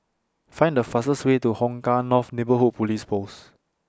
Find The fastest Way to Hong Kah North Neighbourhood Police Post